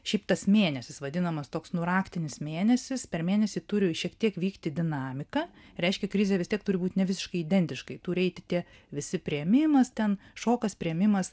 šiaip tas mėnesis vadinamas toks nu raktinis mėnesis per mėnesį turiu šiek tiek vykti dinamika reiškia krizė vis tiek turi būt ne visiškai identiškai turi eiti tie visi priėmimas ten šokas priėmimas